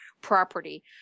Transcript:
property